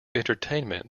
entertainment